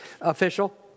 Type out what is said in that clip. official